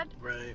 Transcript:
Right